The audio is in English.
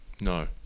no